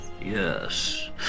Yes